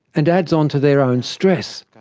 and adds onto their own stress.